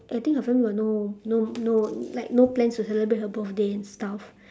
I think her family got no no no like no plans to celebrate her birthday and stuff